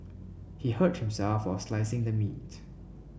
he hurt himself while slicing the meat